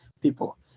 people